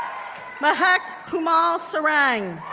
mehak kamal sarang,